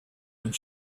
and